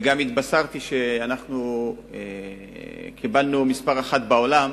וגם התבשרתי שאנחנו מספר אחת בעולם